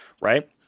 Right